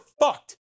fucked